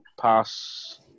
pass